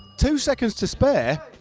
two seconds to spare.